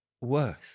worth